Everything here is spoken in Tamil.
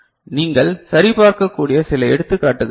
நீங்கள் சரி பார்க்கக்கூடிய சில எடுத்துக்காட்டுகள் இவை